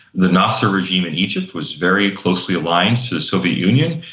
the nasser regime in egypt was very closely aligned to the soviet union,